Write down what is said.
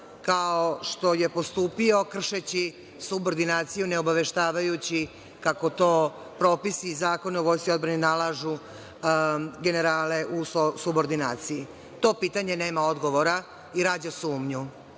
kao što je postupio, kršeći subordinaciju, ne obaveštavajući, kako to propisi i Zakoni o Vojsci i odbrani nalažu, generale u subordinaciji? To pitanje nema odgovora i rađa sumnju.